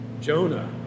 Jonah